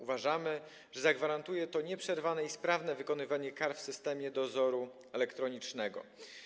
Uważamy, że zagwarantuje to nieprzerwane i sprawne wykonywanie kar w systemie dozoru elektronicznego.